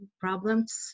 problems